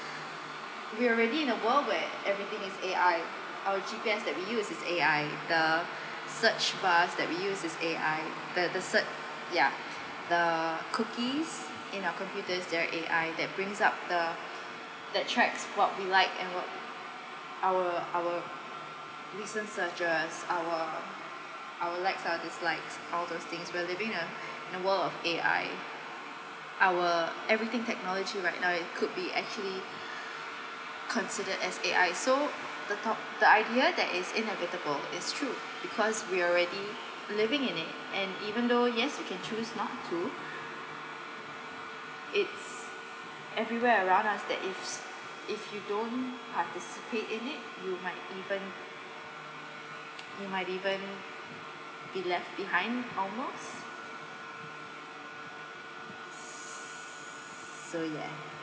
we are already in the world where everything is A_I our G_P_S that we use is A_I the search bars that we use is A_I the the cert ya the cookies in our computers they're A_I that brings up the that tracks what we like and what our our recent searches our our likes or dislike all those things where they bring a a world of A_I our everything technology right now it could be actually considered as A_I so the top~ the idea that it's inevitable is true because we're already living in it and even though yes you can choose not to it's everywhere around us that if if you don't participate in it you might even you might even be left behind almost so ya